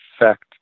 effect